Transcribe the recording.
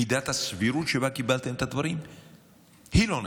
מידת הסבירות שבה קיבלתם את הדברים היא לא נכונה.